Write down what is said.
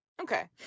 Okay